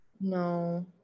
No